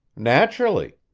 naturally.